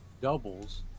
doubles